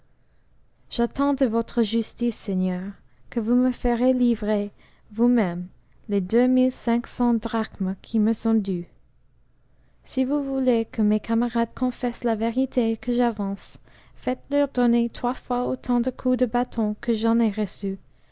j'attends de votre justice seigneur que vous me ferez livrer vous-même les deux mille cinq cents drachmes qui me sont dues si vous voulez que mes camarades confessent la vérité que j'avance faites-leur donner trois fois autant de coups de bâton que j'en ai reçus